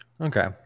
Okay